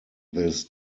this